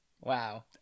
Wow